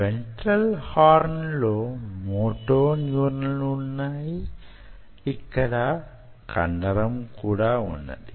ventral horn లో motor న్యూరాన్లు వున్నాయి ఇక్కడ కండరం వున్నది